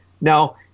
Now